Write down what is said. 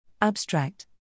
Abstract